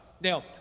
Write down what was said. Now